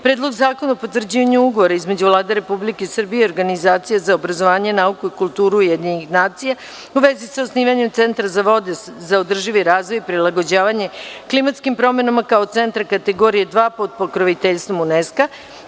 Predlog zakona o potvrđivanju Ugovora između Vlade Republike Srbije i organizacije za obrazovanje, nauku i kulturu (UNESKO) u vezi sa osnivanjem centra za vode za održivi razvoj i prilagođavanje klimatskim promenama kao centra kategorije 2 pod pokroviteljstvom UNESKO; 20.